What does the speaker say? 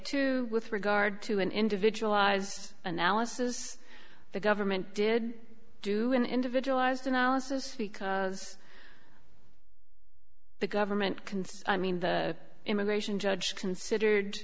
too with regard to an individualized analysis the government did do an individualized analysis because the government can see i mean the immigration judge considered